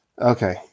okay